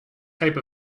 type